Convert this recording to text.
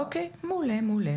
אוקיי, מעולה.